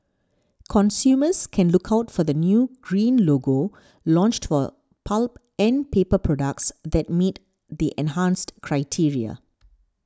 consumers can look out for the new green logo launched for pulp and paper products that meet the enhanced criteria